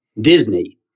Disney